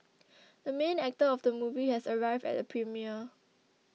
the main actor of the movie has arrived at the premiere